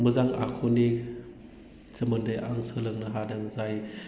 मोजां आखुनि सोमोन्दै आं सोलोंनो हादों जाय